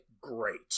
great